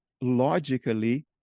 logically